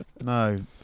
no